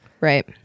Right